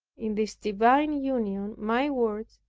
in this divine union my words,